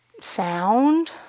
sound